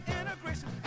integration